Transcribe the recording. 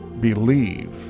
believe